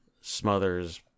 smothers